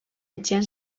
etxean